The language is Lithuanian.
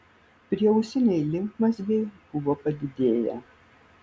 prieausiniai limfmazgiai buvo padidėję